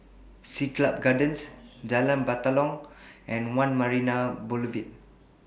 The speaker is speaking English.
Siglap Gardens Jalan Batalong and one Marina Boulevard